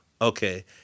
okay